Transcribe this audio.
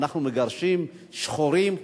אנחנו מגרשים שחורים,